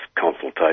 consultation